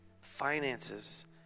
finances